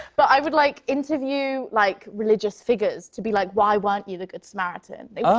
but i would like interview, like, religious figures to be like, why weren't you the good samaritan? oh!